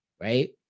right